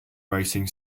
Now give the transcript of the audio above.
racing